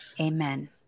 Amen